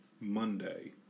Monday